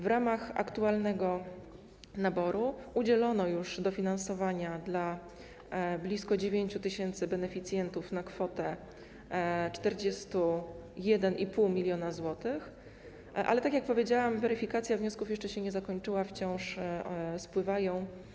W ramach aktualnego naboru udzielono już dofinansowania blisko 9 tys. beneficjentów na kwotę 41,5 mln zł, ale tak jak powiedziałam, weryfikacja wniosków jeszcze się nie zakończyła, one wciąż spływają.